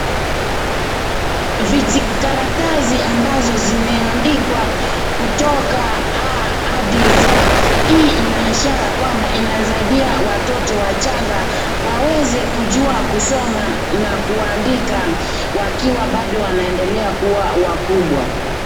Vijikaratasi ambazo zimeandikwa kutoka a hadi z , hii inaishara ya kwamba inasaidia watoto wachanga waweze kujua kusoma na kuandika wakiwa bado wanaendelea kuwa wakubwa.